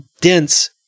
dense